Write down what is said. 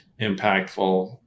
impactful